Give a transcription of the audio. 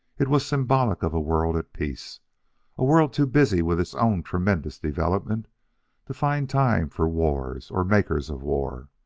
it was symbolic of a world at peace a world too busy with its own tremendous development to find time for wars or makers of war.